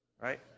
Right